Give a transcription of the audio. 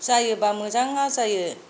जायोबा मोजां जायो